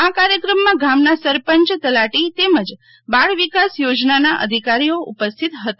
આ કાર્યક્રમ માં ગામ નાં સરપંચ તલાટી તેમજ બાળ વિકાસ યોજના નાં અધિકારી ઓ ઉપસ્થિત રહ્યા હતા